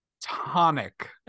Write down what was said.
tonic